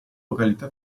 località